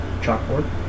chalkboard